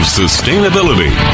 sustainability